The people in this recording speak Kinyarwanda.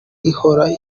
ihora